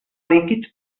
líquid